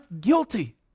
guilty